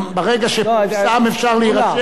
ברגע שפורסם, אפשר להירשם.